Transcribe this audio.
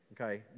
okay